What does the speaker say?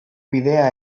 bidea